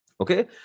okay